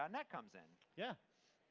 ah net comes in. yeah.